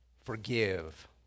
forgive